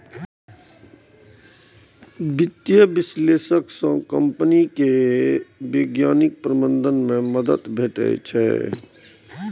वित्तीय विश्लेषक सं कंपनीक वैज्ञानिक प्रबंधन मे मदति भेटै छै